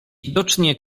widocznie